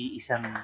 isang